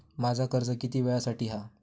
माझा कर्ज किती वेळासाठी हा?